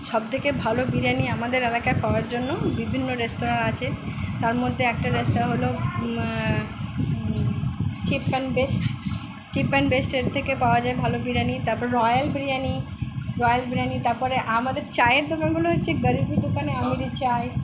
সব থেকে ভালো বিরিয়ানি আমাদের এলাকায় পাওয়ার জন্য বিভিন্ন রেস্তোরাঁ আছে তার মধ্যে একটা রেস্তোরাঁ হলো cheap and best cheap and বেস্টের থেকে পাওয়া যায় ভালো বিরিয়ানি তারপর রয়্যাল বিরিয়ানি রয়্যাল বিরিয়ানি তারপরে আমাদের চায়ের দোকানগুলো হচ্ছে গরিবি দোকানে আমিরি চা